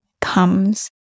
comes